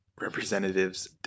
representatives